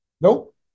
Nope